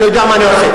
אני יודע מה אני עושה,